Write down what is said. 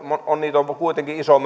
heitä on kuitenkin iso